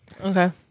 Okay